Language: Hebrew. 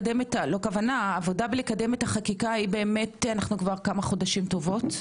לא כוונה העבודה לקדם את החקיקה באמת כבר כמה חודשים טובים,